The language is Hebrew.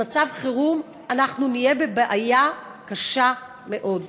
במצב חירום אנחנו נהיה בבעיה קשה מאוד.